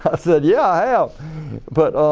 said yeah i have but